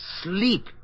Sleep